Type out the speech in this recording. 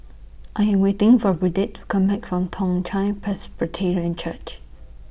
I Am waiting For Burdette to Come Back from Toong Chai Presbyterian Church